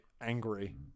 angry